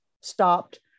stopped